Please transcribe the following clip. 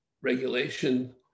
regulation